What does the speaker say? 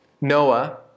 Noah